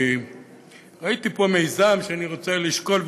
כי ראיתי פה מיזם שאני רוצה לשקול,